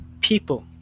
people